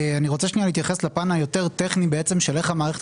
אני רוצה להתייחס לפן היותר טכני של איך המערכת